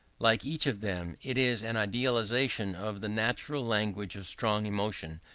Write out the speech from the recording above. like each of them, it is an idealization of the natural language of strong emotion,